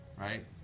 right